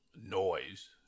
noise